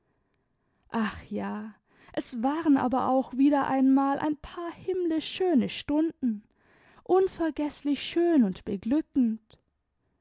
ach ja es waren aber auch wieder einmal ein paar himmlisch schöne stunden unvergeßlich schön und beglückend